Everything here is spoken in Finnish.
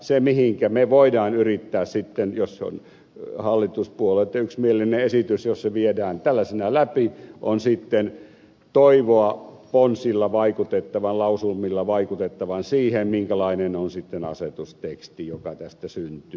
se mitä me voimme yrittää sitten jos se on hallituspuolueitten yksimielinen esitys jos se viedään tällaisenaan läpi on sitten toivoa lausumilla vaikutettavan siihen minkälainen on sitten asetusteksti joka tästä syntyy